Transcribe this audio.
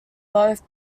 both